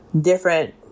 different